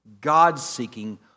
God-seeking